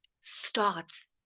starts